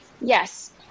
yes